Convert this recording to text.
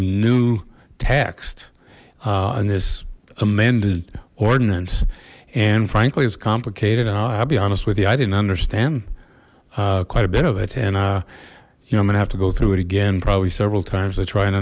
new text on this amended ordinance and frankly it's complicated and i'll be honest with you i didn't understand quite a bit of it and you know i'm gonna have to go through it again probably several times to try and